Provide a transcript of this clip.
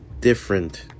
different